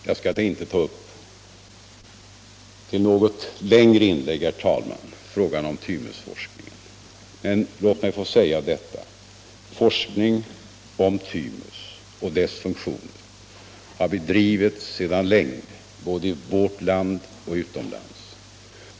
Jag skall inte ta upp frågan om thymusforskningen i något längre inlägg. Men låt mig säga följande. Forskning om thymus och dess funktion har bedrivits sedan länge, både i vårt land och utomlands.